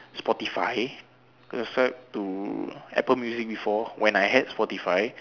Spotify I subscribe to apple music before when I had Spotify